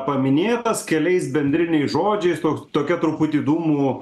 paminėtas keliais bendriniais žodžiais toks tokia truputį dūmų